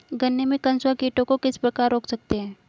गन्ने में कंसुआ कीटों को किस प्रकार रोक सकते हैं?